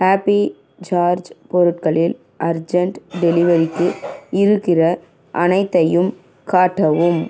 happy George பொருட்களில் urgent டெலிவரிக்கு இருக்கிற அனைத்தையும் காட்டவும்